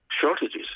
shortages